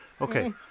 Okay